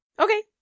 Okay